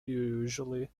usually